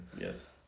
Yes